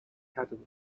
academy